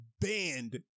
banned